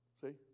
See